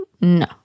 no